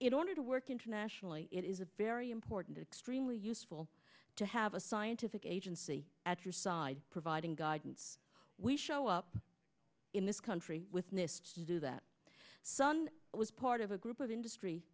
in order to work internationally it is a very important to extremely useful to have a scientific agency at your side providing guidance we show up in this country with nist to do that sun was part of a group of industry